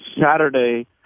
Saturday